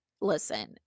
listen